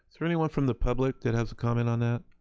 there anyone from the public that has a comment on that?